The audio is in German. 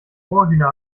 moorhühner